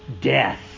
death